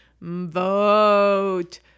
vote